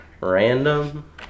Random